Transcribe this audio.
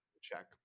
check